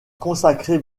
consacré